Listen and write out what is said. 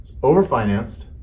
overfinanced